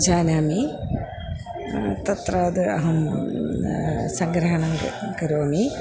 जानामि तत्र अहं सङ्ग्रहणं क करोमि